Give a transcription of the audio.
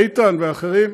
איתן ואחרים,